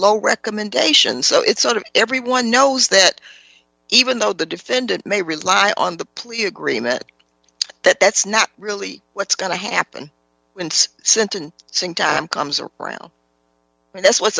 low recommendation so it's sort of everyone knows that even though the defendant may rely on the plea agreement that that's not really what's going to happen and sentence saying time comes around and that's what's